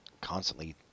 constantly